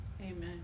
Amen